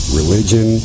religion